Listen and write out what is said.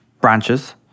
branches